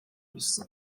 isso